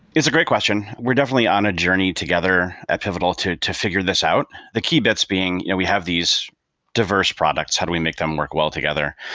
it's a great question. we're definitely on a journey together at pivotal to to figure this out. the key bits being we have these diverse products, how do we make them work well together?